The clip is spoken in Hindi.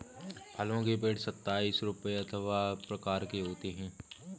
फलों के पेड़ सताइस रूपों अथवा प्रकार के होते हैं